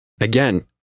Again